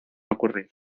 ocurrir